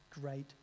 great